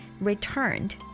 returned